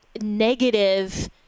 negative